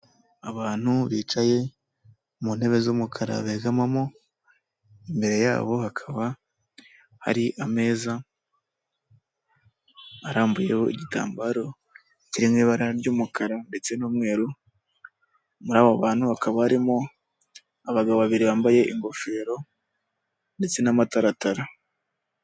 Abantu bicaye mu ntebe z'umukara begamamo, imbere yabo hakaba hari ameza arambuyeho igitambaro kirimo ibara ry'umukara ndetse n'umweru, muri abo bantu hakaba harimo abagabo babiri bambaye ingofero ndetse n'amataratara.